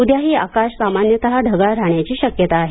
ऊद्याही आकाश सामान्यतः ढगाळ राहण्याची शक्यता आहे